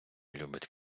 любить